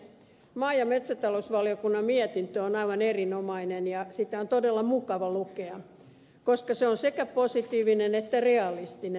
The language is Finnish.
maa ja metsätalousvaliokunnan mietintö on aivan erinomainen ja sitä on todella mukava lukea koska se on sekä positiivinen että realistinen